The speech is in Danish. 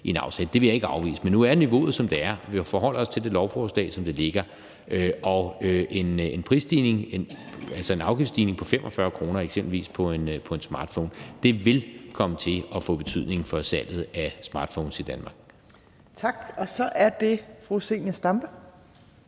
Det vil jeg ikke afvise. Men nu er niveauet, som det er, og vi forholder os til det lovforslag, som ligger, og en afgiftsstigning på 45 kr. eksempelvis på en smartphone vil komme til at få betydning for salget af smartphones i Danmark. Kl. 15:13 Tredje næstformand